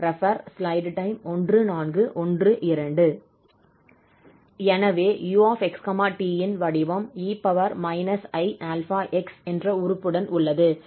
எனவே 𝑢𝑥 𝑡 ன் வடிவம் 𝑒−𝑖𝛼𝑥 என்ற உறுப்புடன் உள்ளது